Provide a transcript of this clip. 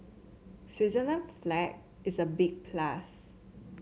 Switzerland flag is a big plus